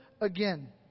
again